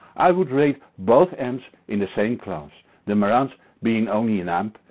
i would rate both amps in the same class the marantz being only an amp,